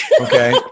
Okay